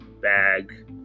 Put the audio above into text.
bag